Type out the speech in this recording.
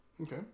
Okay